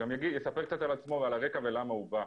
לספר על עצמו, על הרקע, ולמה הוא בא.